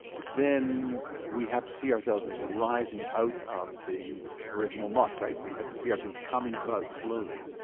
then we have to see ourselves as rising out of the original muck, right, we have to see us as coming about slowly,